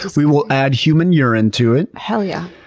we will add human urine to it. hell yeah.